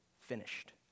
Finished